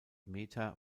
meter